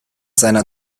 seiner